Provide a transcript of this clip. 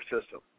system